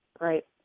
right